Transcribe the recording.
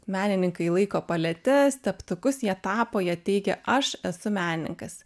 menininkai laiko paletes teptukus jie tapo jie teigia aš esu menininkas